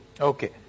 Okay